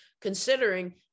considering